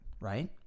Right